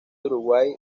uruguay